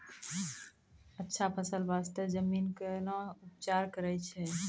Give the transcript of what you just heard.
अच्छा फसल बास्ते जमीन कऽ कै ना उपचार करैय छै